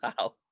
wow